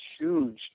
huge